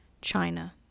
china